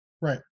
right